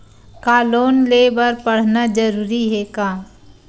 का लोन ले बर पढ़ना जरूरी हे का?